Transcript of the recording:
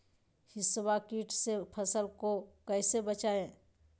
हिसबा किट से फसल को कैसे बचाए?